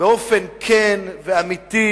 באופן כן ואמיתי,